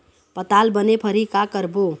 पताल बने फरही का करबो?